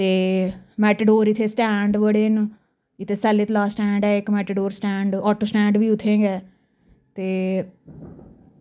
ते मेटाडोर इत्थें स्टैंड बड़े न इत्थें सैल्ले तलाऽ इक स्टैंड ऐ मेटाडोर स्टैंड आटो स्टैंड बी उत्थें गै ते